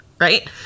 Right